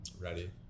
Ready